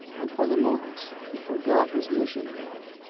and for the moment he forgot his mission again,